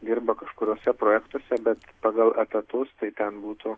dirba kažkuriuose projektuose bet pagal etatus tai ten būtų